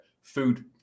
food